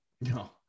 No